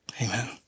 Amen